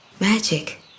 Magic